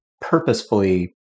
purposefully